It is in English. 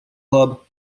club